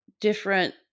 different